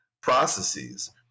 processes